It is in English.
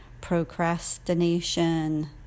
procrastination